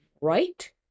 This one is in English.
right